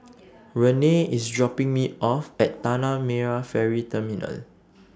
Renae IS dropping Me off At Tanah Merah Ferry Terminal